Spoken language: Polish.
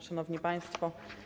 Szanowni Państwo!